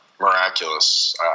miraculous